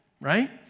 right